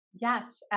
Yes